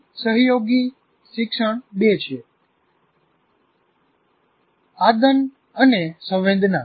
બિન સહયોગી શિક્ષણ બે છે આદત અને સંવેદના